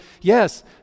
yes